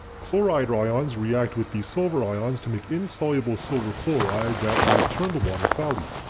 chloride ions react with the silver ions to make insoluble silver chloride that would turn the water cloudy.